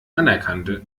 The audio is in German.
anerkannte